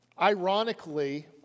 Ironically